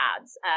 ads